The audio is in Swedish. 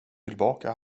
tillbaka